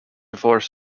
before